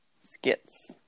skits